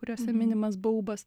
kuriose minimas baubas